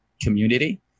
community